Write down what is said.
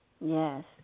Yes